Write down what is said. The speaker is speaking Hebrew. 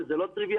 וזה לא טריוויאלי,